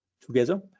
together